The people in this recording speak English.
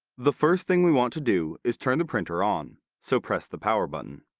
the first thing we want to do is turn the printer on, so press the power button.